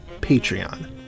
Patreon